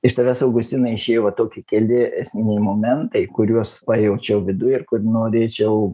iš tavęs augustinai išėjo va tokie keli esminiai momentai kuriuos pajaučiau viduj ir kur norėčiau